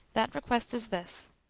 that request is this.